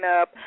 up